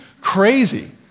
crazy